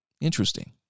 Interesting